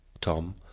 Tom